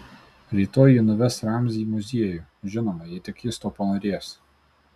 rytoj ji nuves ramzį į muziejų žinoma jei tik jis to panorės